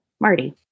Marty